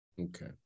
Okay